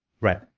Right